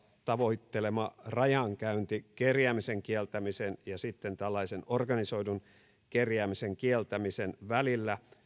tavoittelema rajankäynti kerjäämisen kieltämisen ja sitten tällaisen organisoidun kerjäämisen kieltämisen välillä